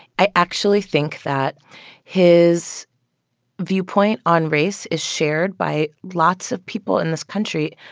i actually think that his viewpoint on race is shared by lots of people in this country,